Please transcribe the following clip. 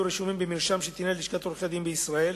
רשומים במרשם שתנהל לשכת עורכי-הדין בישראל.